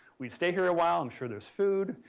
we'd stay here a while. i'm sure there's food.